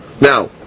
Now